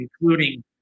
including